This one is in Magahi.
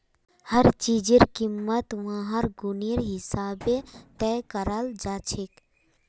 हर चीजेर कीमत वहार गुनेर हिसाबे तय कराल जाछेक